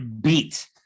beat